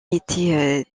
été